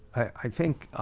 i think